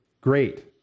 great